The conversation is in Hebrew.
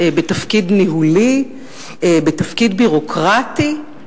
בתפקיד ניהולי, בתפקיד ביורוקרטי?